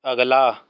ਅਗਲਾ